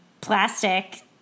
plastic